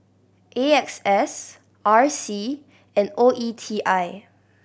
A X S R C and O E T I